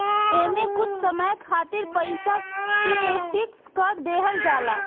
एमे कुछ समय खातिर पईसा के फिक्स कर देहल जाला